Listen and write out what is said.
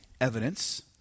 evidence